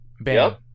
Bam